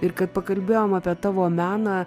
ir kad pakalbėjom apie tavo meną